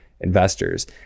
investors